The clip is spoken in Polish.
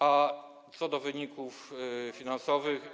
A co do wyników finansowych.